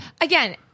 Again